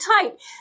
tight